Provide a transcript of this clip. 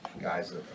guys